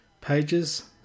pages